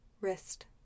wrist